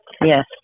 Yes